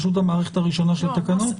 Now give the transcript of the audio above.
המערכת הראשונה של התקנות?